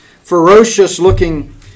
ferocious-looking